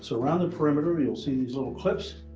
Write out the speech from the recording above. so around the perimeter, you'll see these little clips,